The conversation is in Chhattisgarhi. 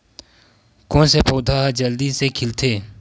कोन से पौधा ह जल्दी से खिलथे?